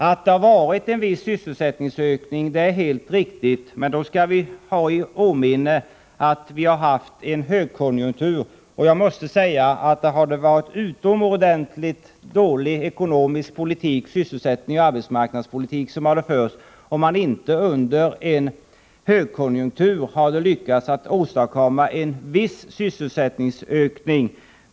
Att det har skett en viss sysselsättningsökning är helt riktigt, men då skall vi ha i åtanke att vi har haft en högkonjunktur. Jag måste säga att man skulle ha fört en utomordentligt dålig ekonomisk politik, sysselsättningspolitik och arbetsmarknadspolitik om man inte under en högkonjunktur hade lyckats åstadkomma en viss sysselsättningsökning.